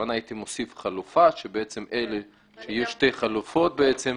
הייתי כותב שתי חלופות.